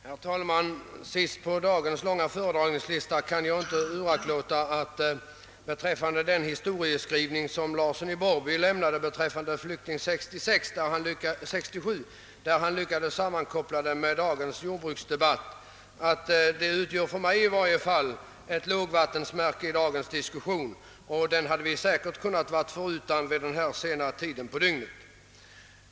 Herr talman! Som siste talare på dagens långa talarlista kan jag inte uraktlåta att säga beträffande den historieskrivning, som herr Larsson i Borrby gjorde i fråga om Flykting 67 och som han lyckades sammankoppla med dagens jordbruksdebatt, att den utgjorde ett lågvattenmärke i dagens diskussion. Den hade vi säkert kunnat vara förutan vid den här sena timmen på dygnet.